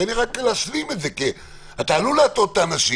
תן לי רק להשלים את זה כי אתה עלול להטעות את האנשים,